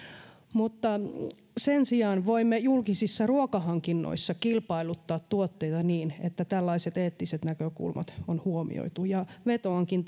mutta sen sijaan voimme julkisissa ruokahankinnoissa kilpailuttaa tuotteita niin että tällaiset eettiset näkökulmat on huomioitu ja vetoankin